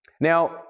Now